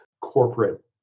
corporate